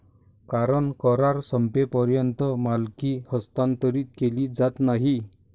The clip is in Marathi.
कारण करार संपेपर्यंत मालकी हस्तांतरित केली जात नाही